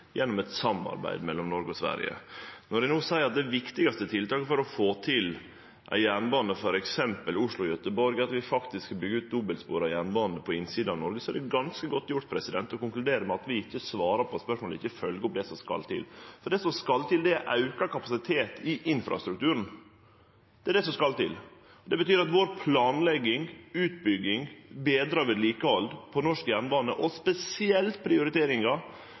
gjennom eit samarbeid mellom Noreg og Sverige. Når eg no seier at det viktigaste tiltaket for å få til ein slik jernbane, f.eks. Oslo–Gøteborg, er at vi faktisk skal byggje ut dobbeltspora jernbane i Noreg, er det ganske godt gjort å konkludere med at vi ikkje svarar på spørsmålet og ikkje følgjer opp det som skal til. For det som skal til, er auka kapasitet i infrastrukturen – det er det som skal til. Det betyr at planlegging, utbygging og betra vedlikehald på norsk jernbane, og spesielt